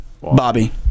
bobby